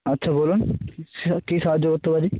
আচ্ছা বলুন কী সাহায্য করতে পারি